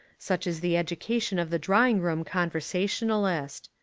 such is the education of the drawing-room conversa tionalist.